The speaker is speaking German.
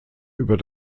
über